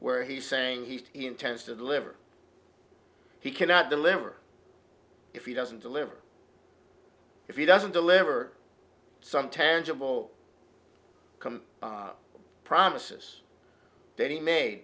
where he's saying he intends to deliver he cannot deliver if he doesn't deliver if he doesn't deliver some tangible promises that he made